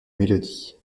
mélodie